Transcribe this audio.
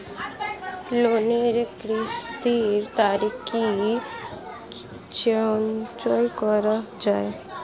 লোনের কিস্তির তারিখ কি চেঞ্জ করা যায়?